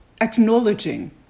acknowledging